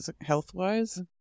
health-wise